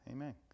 Amen